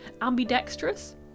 Ambidextrous